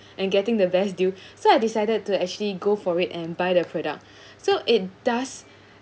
and getting the best deal so I decided to actually go for it and buy their product so it does